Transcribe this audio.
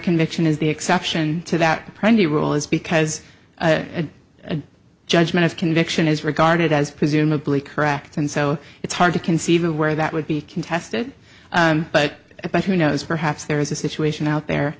conviction is the exception to that pretty rule is because a judgment of conviction is regarded as presumably correct and so it's hard to conceive of where that would be contested but about who knows perhaps there is a situation out there